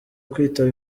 kwitaba